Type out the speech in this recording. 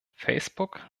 facebook